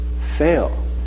fail